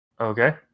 Okay